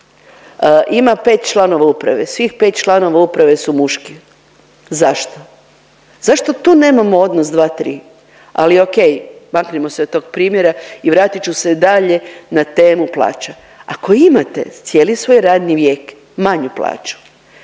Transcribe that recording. ima pet članova uprave, svih pet članova uprave su muški. Zašto? Zašto tu nemamo odnos dva, tri. Ali o.k. Maknimo se od tog primjera i vratit ću se dalje na temu plaća. Ako imate cijeli svoj radni vijek manju plaću